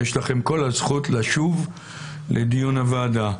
יש לכם כל הזכות לשוב לדיון הוועדה.